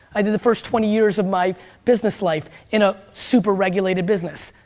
i did the first twenty years of my business life, in a super regulated business.